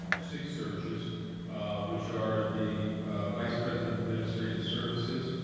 um six searches which are the vice president administrative services,